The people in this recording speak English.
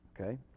Okay